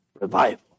revival